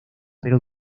pero